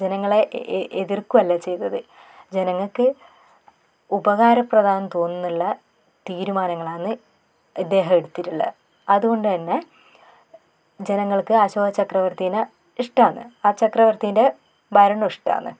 ജനങ്ങളെ എതിർക്കുവല്ല ചെയ്തത് ജനങ്ങൾക്ക് ഉപകാരപ്രദം ആണെന്നു തോന്നുന്നുള്ള തീരുമാനങ്ങളാന്ന് ഇദ്ദേഹം എടുത്തിട്ടുള്ളത് അതുകൊണ്ട് തന്നെ ജനങ്ങൾക്ക് അശോക ചക്രവർത്തിനെ ഇഷ്ടമാണ് ആ ചക്രവർത്തിൻ്റെ ഭരണം ഇഷ്ടമാണ്